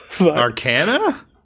Arcana